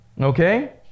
Okay